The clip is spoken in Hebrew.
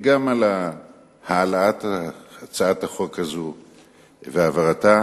גם על הצעת החוק הזו והעברתה,